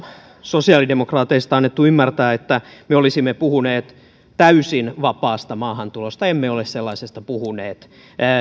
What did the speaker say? sosiaalidemokraateista on annettu ymmärtää että me olisimme puhuneet täysin vapaasta maahantulosta emme ole sellaisesta puhuneet